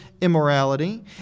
immorality